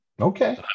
Okay